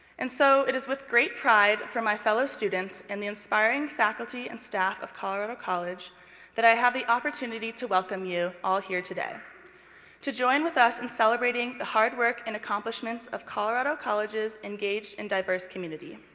and so it is with pride for my fellow students and the inspiring faculty and staff of colorado college that i have the opportunity to welcome you all here today to join with us in celebrating the hard work and accomplishments of colorado college's engaged and diverse community.